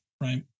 right